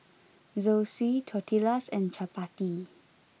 Zosui Tortillas and Chapati